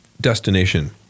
destination